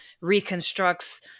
reconstructs